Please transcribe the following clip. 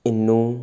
ਇੰਨੂੰ